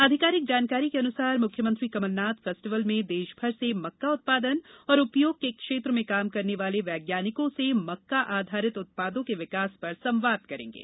आधिकारिक जानकारी के अनुसार मुख्यमंत्री कमलनाथ फेस्टिवल में देशभर से मक्का उत्पादन एवं उपयोग के क्षेत्र में काम करने वाले वैज्ञानिकों से मक्का आधारित उत्पादों के विकास पर संवाद करेंगे